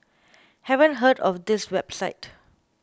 haven't heard of this website